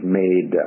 made